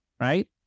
Right